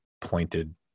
pointed